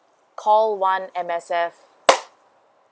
call one M_S_F